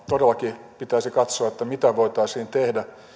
todellakin pitäisi katsoa mitä voitaisiin tehdä